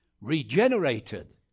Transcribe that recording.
regenerated